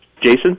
Jason